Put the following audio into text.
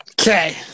okay